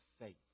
faith